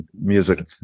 music